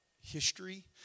history